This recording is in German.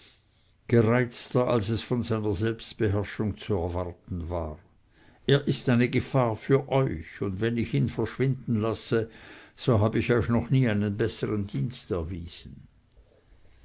gereizter als es von seiner selbstbeherrschung zu erwarten war er ist eine gefahr für euch und wenn ich ihn verschwinden lasse so hab ich euch noch nie einen bessern dienst erwiesen